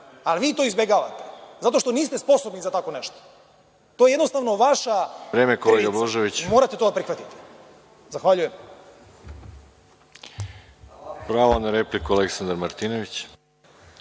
Ali, vi to izbegavate, zato što niste sposobni za tako nešto. To je jednostavno vaša krivica. Morate to da prihvatite. Zahvaljujem. **Veroljub Arsić** Pravo na repliku ima Aleksandar Martinović.